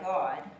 God